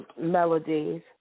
Melodies